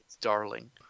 Darling